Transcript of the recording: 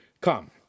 Come